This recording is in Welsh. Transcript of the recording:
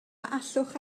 allwch